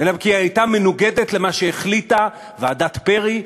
אלא כי היא הייתה מנוגדת למה שהחליטו ועדת פרי,